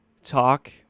talk